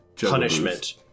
punishment